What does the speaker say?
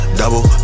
double